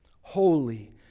holy